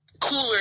cooler